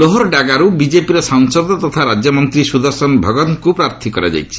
ଲୋହରଡାଗାରୁ ବିକେପିର ସାଂସଦ ତଥା ରାଜ୍ୟମନ୍ତ୍ରୀ ସୁଦର୍ଶନ ଭଗତ୍ଙ୍କୁ ପ୍ରାର୍ଥୀ କରାଯାଇଛି